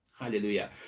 Hallelujah